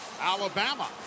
Alabama